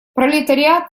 пролетариат